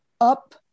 up